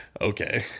okay